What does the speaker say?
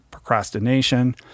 procrastination